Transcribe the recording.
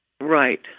Right